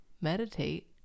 Meditate